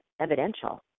evidential